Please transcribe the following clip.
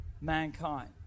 mankind